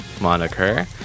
moniker